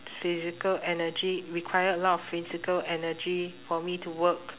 physical energy require a lot of physical energy for me to work